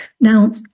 Now